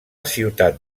ciutat